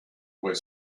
were